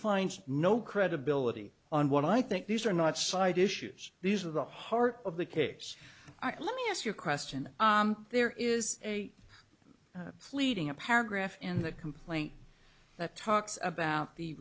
finds no credibility on what i think these are not side issues these are the heart of the case let me ask you a question there is a pleading a paragraph in the complaint that talks about the